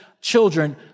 children